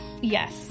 Yes